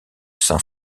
saint